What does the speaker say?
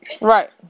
Right